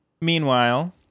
Meanwhile